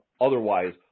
otherwise